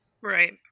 Right